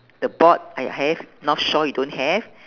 the board I have north shore you don't have